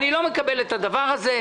אני לא מקבל את הדבר הזה.